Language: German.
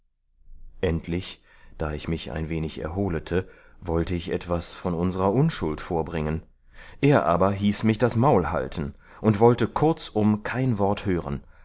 endlich da ich mich ein wenig erholete wollte ich etwas von unserer unschuld vorbringen er aber hieß mich das maul halten und wollte kurzum kein wort hören